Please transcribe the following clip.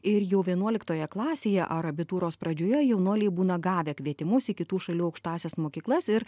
ir jau vienuoliktoje klasėje ar abitūros pradžioje jaunuoliai būna gavę kvietimus į kitų šalių aukštąsias mokyklas ir